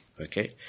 Okay